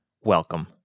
welcome